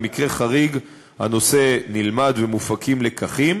במקרה חריג הנושא נלמד ומופקים לקחים.